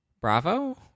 bravo